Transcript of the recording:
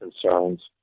concerns